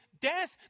death